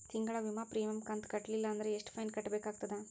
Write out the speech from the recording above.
ತಿಂಗಳ ವಿಮಾ ಪ್ರೀಮಿಯಂ ಕಂತ ಕಟ್ಟಲಿಲ್ಲ ಅಂದ್ರ ಎಷ್ಟ ಫೈನ ಕಟ್ಟಬೇಕಾಗತದ?